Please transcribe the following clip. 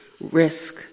risk